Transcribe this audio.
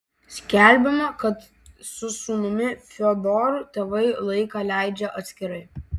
skelbiama kad su sūnumi fiodoru tėvai laiką leidžia atskirai